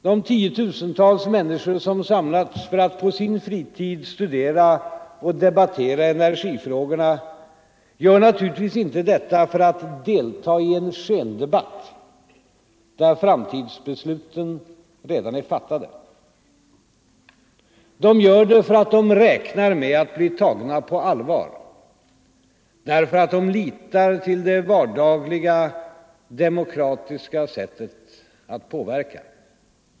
De tiotusentals människor som samlats för att på sin fritid studera och debattera energifrågorna gör naturligtvis inte detta för att delta i en skendebatt, där framtidsbesluten redan är fattade. De gör det för att de räknar med att bli tagna på allvar, därför att de litar till det vardagliga demokratiska sättet att påverka.